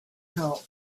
help